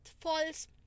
false